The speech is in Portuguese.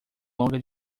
longa